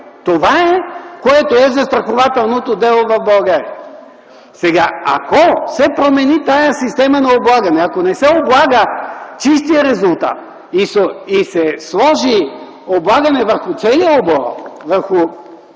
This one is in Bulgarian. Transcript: Това е застрахователното дело в България. Ако се промени тази система на облагане, ако не се облага чистият резултат и се сложи облагане върху целия оборот